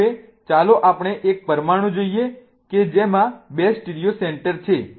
તો હવે ચાલો આપણે એક પરમાણુ જોઈએ કે જેમાં 2 સ્ટીરિયો સેન્ટર્સ છે